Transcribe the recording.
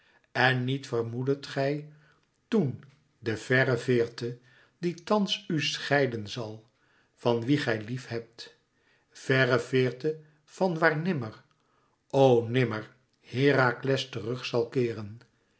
en niet vermoeddet gij toèn de verre veerte die thans u scheiden zal van wien gij lief hebt verre veerte van waar nimmer o nimmer herakles terug zal keeren